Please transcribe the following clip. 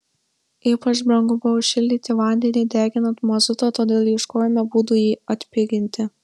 ypač brangu buvo šildyti vandenį deginant mazutą todėl ieškojome būdų jį atpiginti